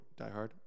diehard